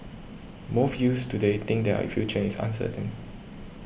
most youths today think that future is uncertain